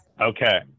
Okay